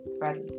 ready